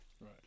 Right